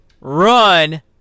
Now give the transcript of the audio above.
run